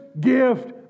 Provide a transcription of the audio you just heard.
gift